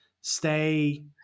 stay